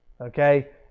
Okay